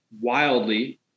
wildly